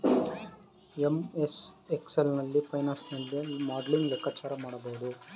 MS Excel ನಲ್ಲಿ financial ನಲ್ಲಿ modelling ಲೆಕ್ಕಾಚಾರ ಮಾಡಬಹುದು